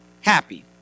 happy